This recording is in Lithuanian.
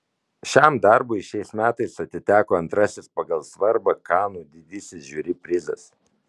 šiam darbui šiais metais atiteko antrasis pagal svarbą kanų didysis žiuri prizas